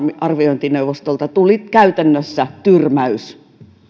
arviointineuvostolta tuli käytännössä tyrmäys